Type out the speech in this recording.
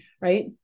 Right